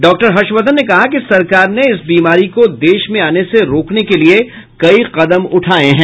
doctor Harshvardhan ने कहा कि सरकार ने इस बीमारी को देश में आने से रोकने के लिए कई कदम उठाये हैं